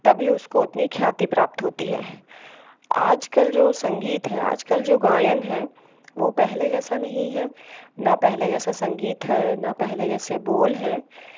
तभी उसको उतनी ख्याति प्राप्त होत्ती है आजकल जो संगीत है आजकल जो गायन है वो पहले जैसा नहीं है ना पहले जैसा संगीत है न पहले जैसे बोल हैं